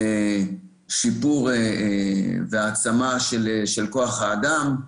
שיפור והעצמה של כוח האדם.